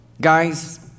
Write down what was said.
guys